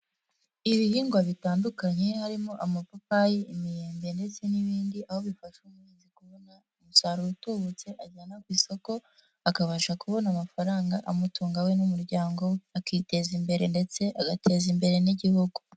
Ibihingwa bitandukanye harimo amapapayi, imiyembe ndetse n'ibindi aho bifasha umuhinzi kubona umusaruro utubutse ajyana ku isoko akabasha kubona amafaranga amutunga we n'umuryango we akiteza imbere ndetse agateza imbere n'igihugu.